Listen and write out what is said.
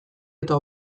eta